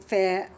Fair